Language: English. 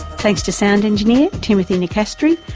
thanks to sound engineer timothy nicastri,